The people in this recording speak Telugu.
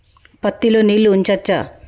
పత్తి లో నీళ్లు ఉంచచ్చా?